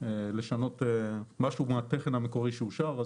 לשנות משהו מהתכן המקורי שאושר.